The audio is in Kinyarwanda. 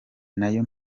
nayo